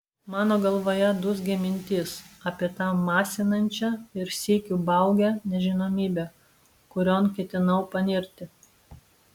mano galvoje dūzgė mintys apie tą masinančią ir sykiu baugią nežinomybę kurion ketinau panirti